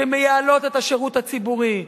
שמייעלות את השירות הציבורי.